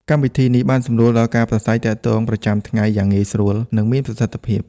កម្មវិធីនេះបានសម្រួលដល់ការប្រាស្រ័យទាក់ទងប្រចាំថ្ងៃយ៉ាងងាយស្រួល និងមានប្រសិទ្ធភាព។